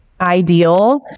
ideal